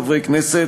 ביחד.